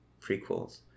prequels